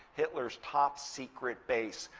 hitler's top secret base.